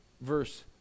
verse